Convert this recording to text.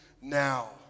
now